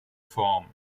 form